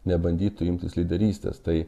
nebandytų imtis lyderystės tai